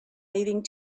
leaving